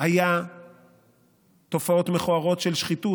זה תופעות מכוערות של שחיתות.